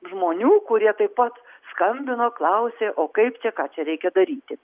žmonių kurie taip pat skambino klausė o kaip čia ką čia reikia daryti